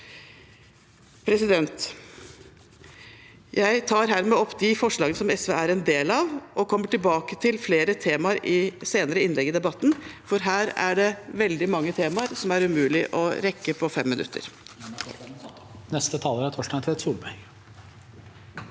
Jeg tar hermed opp de forslag SV er en del av. Jeg kommer tilbake til flere temaer i et senere innlegg i debatten, for her er det veldig mange temaer, noe som er umulig å rekke på 5 minutter.